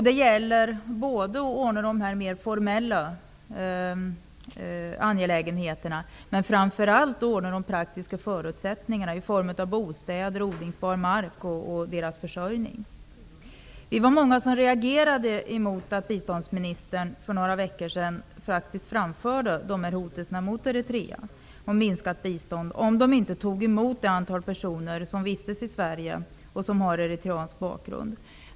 Det gäller både att ordna de mer formella angelägenheterna men framför allt att ordna de praktiska förutsättningarna, i form av bostäder, odlingsbar mark och deras försörjning. Vi var många som reagerade mot att biståndsministern för några veckor sedan faktiskt framförde hot mot Eritrea om minskat bistånd, om Eritrea inte tog emot de personer som vistas i Sverige och som har eritreansk bakgrund.